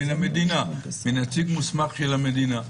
מן המדינה, מנציג מוסמך של המדינה.